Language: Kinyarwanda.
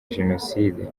jenoside